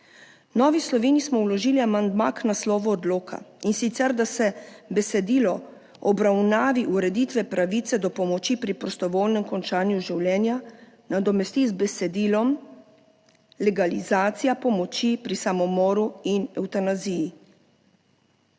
Novi Sloveniji smo vložili amandma k naslovu odloka in sicer, da se besedilo obravnavi ureditve pravice do pomoči pri prostovoljnem končanju življenja nadomesti z besedilom legalizacija pomoči pri samomoru in evtanaziji.